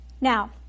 now